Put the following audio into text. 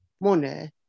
money